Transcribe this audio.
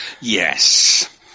Yes